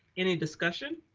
any discussion?